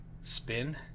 spin